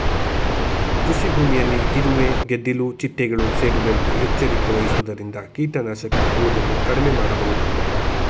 ಕೃಷಿಭೂಮಿಯಲ್ಲಿ ಇರುವೆ, ಗೆದ್ದಿಲು ಚಿಟ್ಟೆಗಳು ಸೇರಿದಂತೆ ಎಚ್ಚರಿಕೆ ವಹಿಸುವುದರಿಂದ ಕೀಟನಾಶಕ ಹಾಕುವುದನ್ನು ಕಡಿಮೆ ಮಾಡಬೋದು